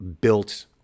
built